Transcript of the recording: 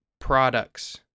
products